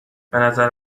بنظر